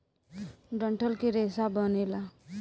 डंठल के रेसा बनेला